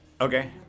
Okay